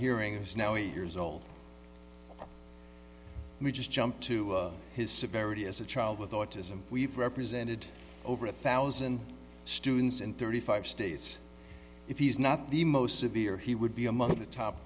hearing is now years old we just jumped to his severity as a child with autism we've represented over a thousand students in thirty five states if he is not the most severe he would be among the top